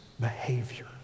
behavior